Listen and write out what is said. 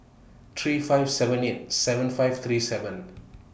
three five seven eight seven five three seven